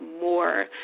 more